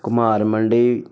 ਘੁਮਾਰ ਮੰਡੀ